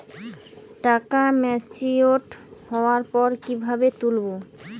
টাকা ম্যাচিওর্ড হওয়ার পর কিভাবে তুলব?